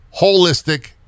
holistic